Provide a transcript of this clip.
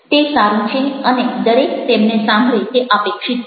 તે સારું છે અને દરેક તેમને સાંભળે તે અપેક્ષિત છે